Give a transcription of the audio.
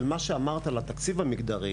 אבל מה שאמרת על התקציב המגדרי